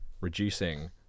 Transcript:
reducing